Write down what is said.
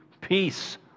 Peace